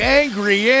angry